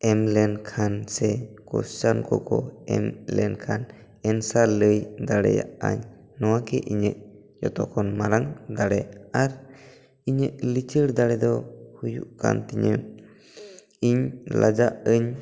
ᱮᱢ ᱞᱮᱱ ᱠᱷᱟᱱ ᱥᱮ ᱠᱚᱥᱪᱟᱱ ᱠᱚᱠᱚ ᱮᱢ ᱞᱮᱱ ᱠᱷᱟᱱ ᱮᱱᱥᱟᱨ ᱞᱟᱹᱭ ᱫᱟᱲᱮᱭᱟᱜ ᱟᱹᱧ ᱱᱚᱣᱟ ᱜᱤ ᱤᱧᱟᱹᱜ ᱡᱚᱛᱚ ᱠᱷᱚᱱ ᱢᱟᱨᱟᱝ ᱫᱟᱲᱮ ᱟᱨ ᱤᱧᱟᱹᱜ ᱞᱤᱪᱟᱹᱲ ᱫᱟᱨᱮ ᱫᱚ ᱦᱩᱭᱩᱜ ᱠᱟᱱ ᱛᱤᱧᱟᱹ ᱤᱧ ᱞᱟᱡᱟᱜ ᱟᱹᱧ